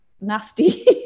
nasty